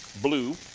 blue.